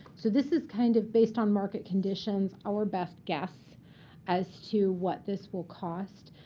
so this is kind of based on market conditions, our best guess as to what this will cost.